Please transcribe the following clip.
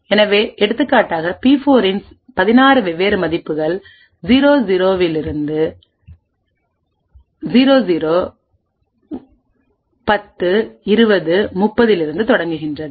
எனவே எடுத்துக்காட்டாக பி4 இன் 16 வெவ்வேறு மதிப்புகள் 00 10 20 30 இலிருந்து தொடங்குகின்றன